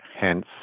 Hence